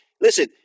Listen